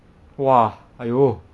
!wah! !aiyo!